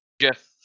Jeff